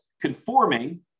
conforming